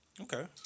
Okay